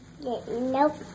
Nope